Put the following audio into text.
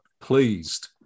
pleased